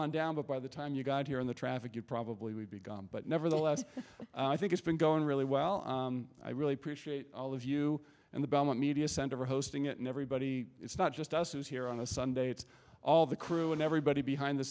on down but by the time you got here in the traffic you probably would be gone but nevertheless i think it's been going really well i really appreciate all of you and the belmont media center for hosting it and everybody it's not just us who's here on a sunday it's all the crew and everybody behind the